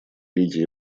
лидия